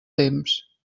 temps